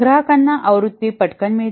ग्राहकाना आवृत्ती पटकन मिळते